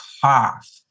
cough